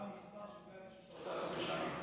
מה המספר של כלי הנשק שאתה רוצה לאסוף בשנה?